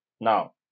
now